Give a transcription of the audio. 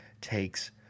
takes